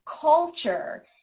culture